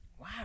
Wow